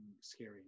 scary